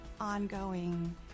ongoing